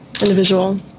Individual